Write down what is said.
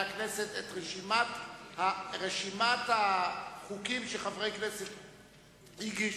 הכנסת את רשימת החוקים שחברי הכנסת הגישו.